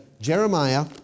Jeremiah